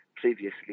previously